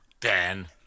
Dan